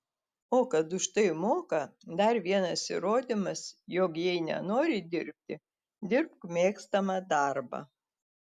o kad už tai moka dar vienas įrodymas jog jei nenori dirbti dirbk mėgstamą darbą